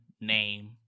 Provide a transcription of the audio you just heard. name